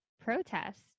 protest